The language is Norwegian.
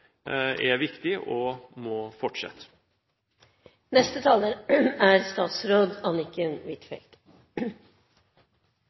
er viktig og må fortsette. Jeg er